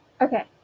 Okay